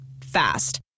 Fast